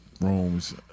rooms